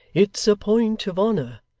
it's a point of honour.